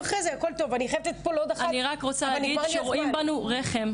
בנו רחם.